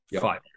five